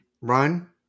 run